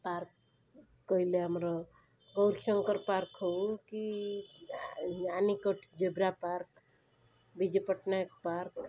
park କହିଲେ ଆମର Gourishankar park ହଉ କି ଆନିକଟଜେବ୍ରା ପାର୍କ ବିଜୁପଟ୍ଟନାୟକ ପାର୍କ